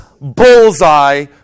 bullseye